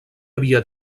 havia